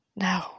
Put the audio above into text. No